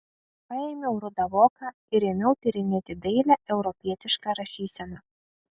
paėmiau rudą voką ir ėmiau tyrinėti dailią europietišką rašyseną